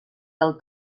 del